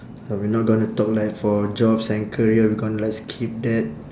so we not gonna talk like for jobs and career we gonna like skip that